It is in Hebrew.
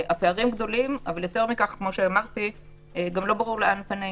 הפערים גדולים, אבל יותר מכך - לא ברור לאן פנינו.